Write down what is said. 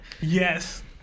yes